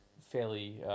fairly